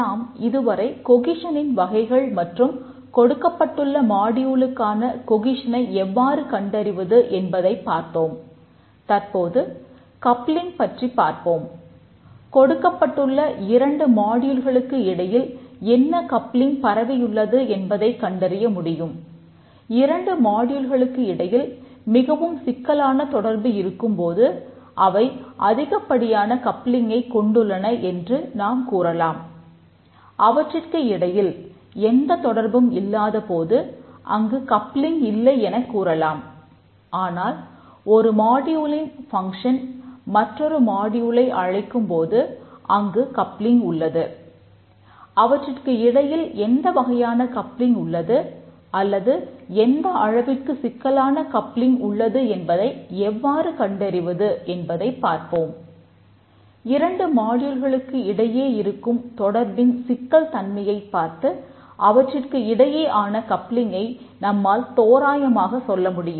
நாம் இதுவரை கொகிசனின் நம்மால் தோராயமாகச் சொல்லமுடியும்